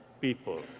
people